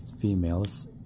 females